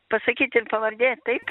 pasakyt ir pavardė taip